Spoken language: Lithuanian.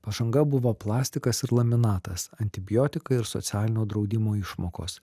pažanga buvo plastikas ir laminatas antibiotikai ir socialinio draudimo išmokos